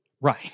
Right